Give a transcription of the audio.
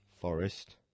Forest